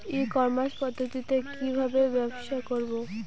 ই commerce পদ্ধতিতে কি ভাবে ব্যবসা করব?